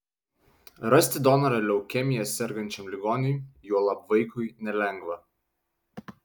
rasti donorą leukemija sergančiam ligoniui juolab vaikui nelengva